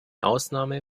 ausnahme